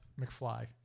McFly